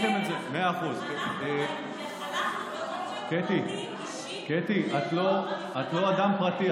הלכנו באופן פרטי, אישי, קטי, את לא אדם פרטי.